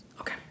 Okay